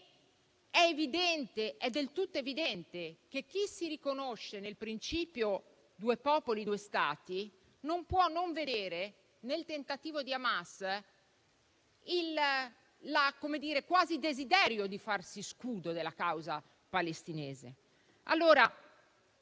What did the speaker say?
È del tutto evidente che chi si riconosce nel principio "due popoli due Stati" non può non vedere nel tentativo di Hamas quasi il desiderio di farsi scudo della causa palestinese. Questa